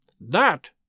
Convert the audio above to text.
That